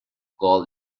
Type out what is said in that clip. gold